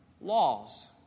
laws